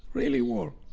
really war